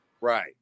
Right